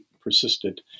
persisted